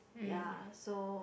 ya so